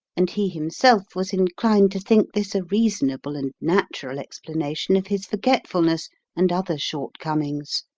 and he himself was inclined to think this a reasonable and natural explanation of his forgetfulness and other short comings.